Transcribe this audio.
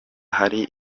hari